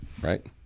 right